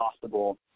possible